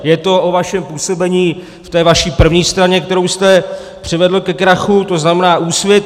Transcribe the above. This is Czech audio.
Je to o vašem působení v té vaší první straně, kterou jste přivedl ke krachu, tzn. Úsvit.